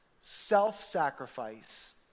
self-sacrifice